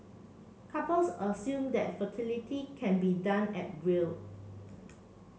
couples assume that fertility can be done at will